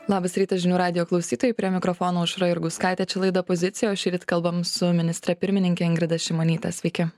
labas rytas žinių radijo klausytojai prie mikrofono aušra jurgauskaitė čia laida pozicija o šįryt kalbam su ministre pirmininke ingrida šimonyte sveiki